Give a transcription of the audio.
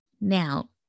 Now